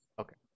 Okay